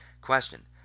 Question